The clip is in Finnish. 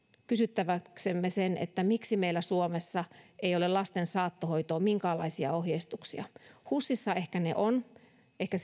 kysyttäväksemme sen miksi meillä suomessa ei ole lasten saattohoitoon minkäänlaisia ohjeistuksia husissa ehkä on ja ehkä